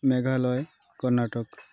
Meghalaya Karnataka